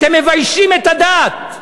אתם מביישים את הדת.